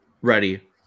ready